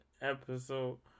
episode